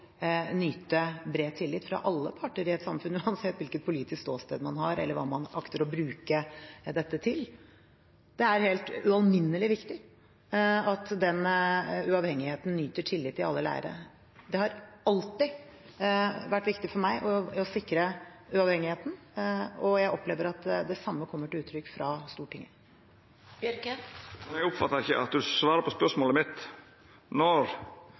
nyte bred tillit fra alle parter i samfunnet, uansett hvilket politisk ståsted man har, eller hva man akter å bruke dette til. Det er helt ualminnelig viktig at den uavhengigheten nyter tillit i alle leire. Det har alltid vært viktig for meg å sikre uavhengigheten, og jeg opplever at det samme kommer til uttrykk fra Stortinget. Men eg oppfattar ikkje at du svarer på spørsmålet mitt. Når